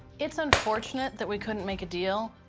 it's unfortunate that we couldn't make a deal.